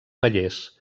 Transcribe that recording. fallers